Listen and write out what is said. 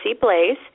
Blaze